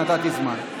ונתתי זמן.